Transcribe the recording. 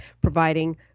providing